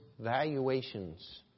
valuations